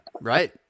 Right